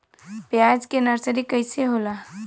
प्याज के नर्सरी कइसे होला?